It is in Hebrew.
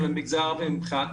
על המגזר הערבי מבחינת